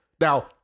Now